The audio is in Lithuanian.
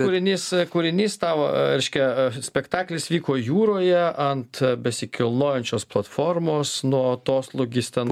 kūrinys kūrinys tavo reiškia spektaklis vyko jūroje ant besikilnojančios platformos nuo atoslūgis ten